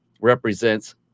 represents